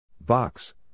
Box